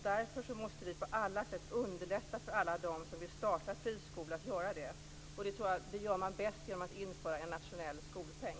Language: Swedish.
Därför måste vi på alla sätt underlätta för alla dem som vill starta friskola att göra det. Det gör man bäst, tror jag, genom att införa en nationell skolpeng.